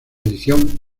edición